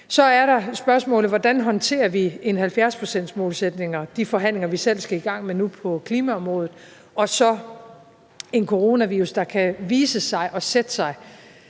Så er der spørgsmålet: Hvordan håndterer vi en 70-procentsmålsætning og de forhandlinger på klimaområdet, vi selv skal i gang med nu, og så en coronavirus, der potentielt kan vise sig at sætte sig